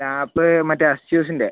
lap മറ്റേ അസ്യൂസിൻ്റെ